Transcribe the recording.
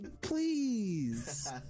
please